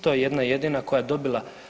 To je jedna jedina koja je dobila.